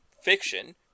fiction